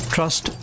Trust